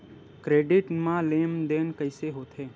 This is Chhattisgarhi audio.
क्रेडिट मा लेन देन कइसे होथे?